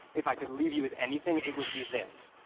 if i could leave you with anything, it would be this